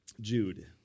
Jude